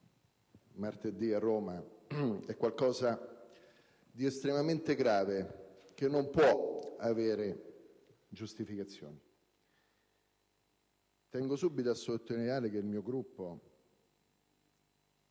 martedì a Roma è qualcosa di estremamente grave, che non può avere giustificazioni. Tengo subito a sottolineare che il mio Gruppo